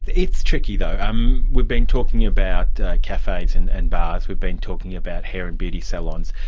it's tricky though. um we've been talking about cafes and and bars, we've been talking about hair and beauty salons.